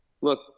look